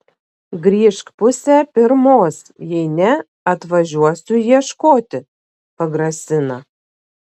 grįžk pusę pirmos jei ne atvažiuosiu ieškoti pagrasina